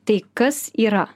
tai kas yra